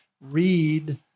Read